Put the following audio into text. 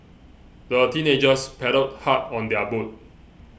the teenagers paddled hard on their boat